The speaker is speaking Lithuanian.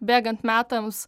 bėgant metams